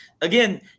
again